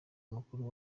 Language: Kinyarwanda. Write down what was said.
mukuru